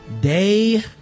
Day